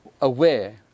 aware